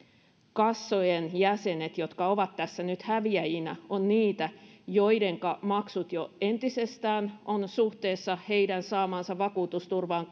kassojen jäsenet jotka ovat tässä nyt häviäjinä ovat niitä joidenka maksut jo entisestään ovat suhteessa heidän saamaansa vakuutusturvaan